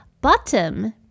bottom